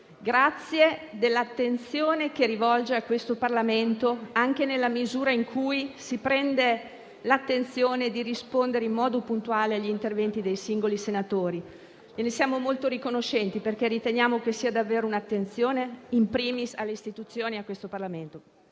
grazie dell'attenzione che rivolge a questo Parlamento, presidente Draghi, anche nella misura in cui si impegna a rispondere in modo puntuale agli interventi dei singoli senatori. Gliene siamo molto riconoscenti, perché riteniamo che sia davvero un'attenzione, *in primis*, alle istituzioni e a questo Parlamento.